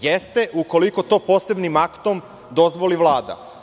Jeste, ukoliko to posebnim aktom dozvoli Vlada.